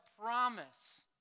promise